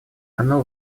оно